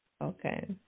Okay